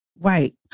right